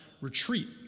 retreat